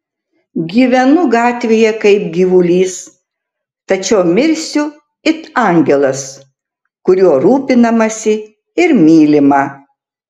gyvenau gatvėje kaip gyvulys tačiau mirsiu it angelas kuriuo rūpinamasi ir mylima